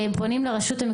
הורה שאין לו רשת?